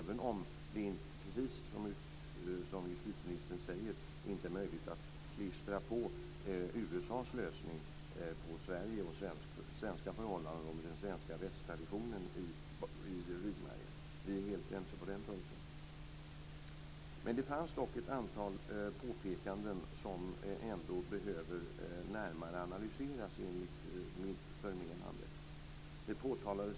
Det är dock, precis som justitieministern säger, inte möjligt att klistra USA:s lösning på Sverige, på svenska förhållanden och den svenska rättstradition vi har i ryggmärgen. Vi är helt ense på den punkten. Det fanns dock ett antal påpekanden som behöver analyseras närmare, enligt mitt förmenande.